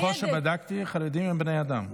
ככל שבדקתי, חרדים הם בני אדם.